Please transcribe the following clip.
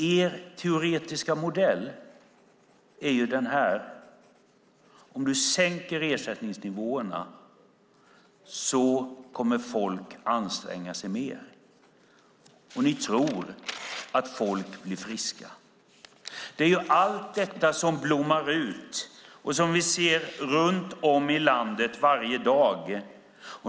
Er teoretiska modell är att om man sänker ersättningsnivåerna kommer folk att anstränga sig mer. Ni tror att folk blir friska. Allt detta blommar ut, och vi ser det runt om i landet varje dag.